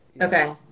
Okay